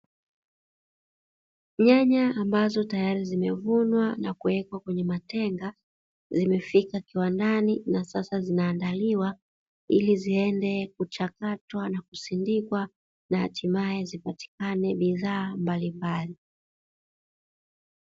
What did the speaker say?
Nyanya ambazo tayari zimevunwa na kuwekwa kwenye matenga zimefika kiwandani na sasa zinaandaliwa ili ziende kuchakatwa na kusindikwa na hatimaye zipatikane bidhaa mbalimbali.